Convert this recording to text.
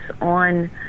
on